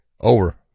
Over